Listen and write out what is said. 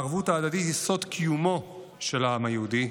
הערבות ההדדית היא סוד קיומו של העם היהודי,